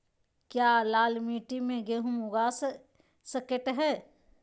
क्या लाल मिट्टी में गेंहु उगा स्केट है?